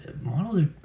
models